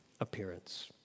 appearance